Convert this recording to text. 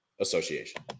Association